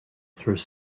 through